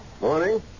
Morning